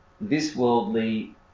this-worldly